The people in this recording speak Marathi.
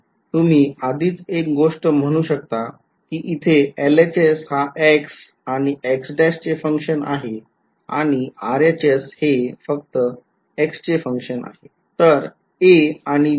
तुम्ही आधीच एक गोष्ट म्हणू शकता कि इथे LHS हा x आणि x चे function आहे आणि RHS हे हे फक्त क्स चे function आहे